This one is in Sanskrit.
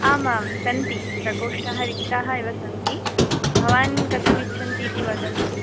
आमां सन्ति प्रकोष्टाः रिक्ताः एव सन्ति भवान् कथमिच्छन्तीति वदन्तु